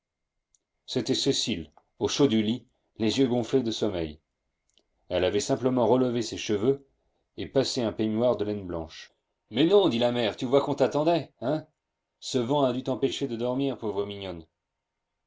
c'était cécile au saut du lit les yeux gonflés de sommeil elle avait simplement relevé ses cheveux et passé un peignoir de laine blanche mais non dit la mère tu vois qu'on t'attendait hein ce vent a dû t'empêcher de dormir pauvre mignonne